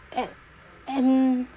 a~ and